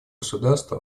государство